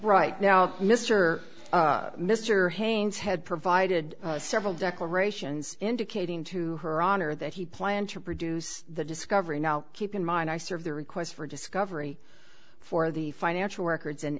right now mr mr haynes had provided several declarations indicating to her honor that he planned to produce the discovery now keep in mind i serve the requests for discovery for the financial records in